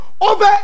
over